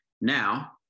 Now